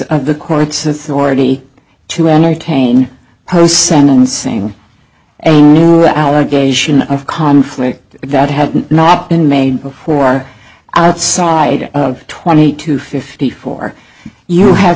of the court's authority to entertain post sentencing a new allegation of conflict that has not been made before outside of twenty eight to fifty four you have